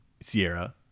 Sierra